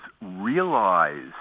realize